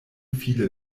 viele